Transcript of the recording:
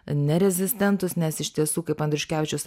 nerezistentus nes iš tiesų kaip andriuškevičius